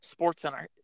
SportsCenter